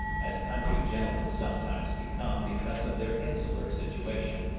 as country gentlemen sometimes become because of their insular situation.